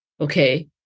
Okay